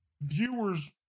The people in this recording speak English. viewers